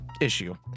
issue